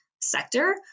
sector